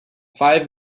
five